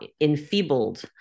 enfeebled